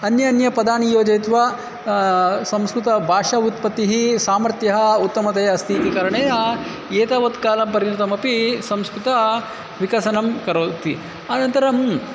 अन्यान्यपदानि योजयित्वा संस्कृतभाषा उत्पत्तिः सामर्थ्यम् उत्तमतया अस्ति इति कारणेन एतावत् कालं परिमितमपि संस्कृतं विकसनं करोति अनन्तरम्